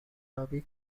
آبی